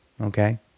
okay